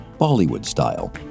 Bollywood-style